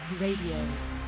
Radio